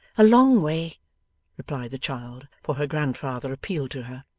a long way' replied the child for her grandfather appealed to her.